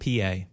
pa